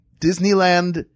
Disneyland